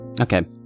Okay